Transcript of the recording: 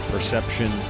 Perception